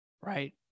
right